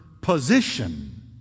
position